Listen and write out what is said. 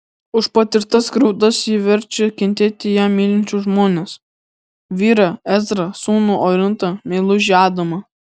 už patirtas skriaudas ji verčia kentėti ją mylinčius žmones vyrą ezrą sūnų orintą meilužį adamą